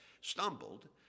stumbled